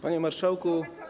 Panie Marszałku!